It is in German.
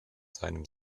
seinem